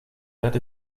that